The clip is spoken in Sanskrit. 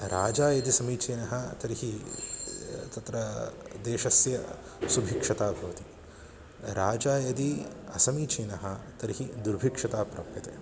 राजा यदि समीचीनः तर्हि तत्र देशस्य सुभिक्षता भवति राजा यदि असमीचीनः तर्हि दुर्भिक्षता प्राप्यते